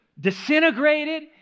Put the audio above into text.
disintegrated